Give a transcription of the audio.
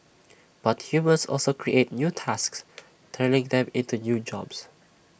but humans also create new tasks turning them into new jobs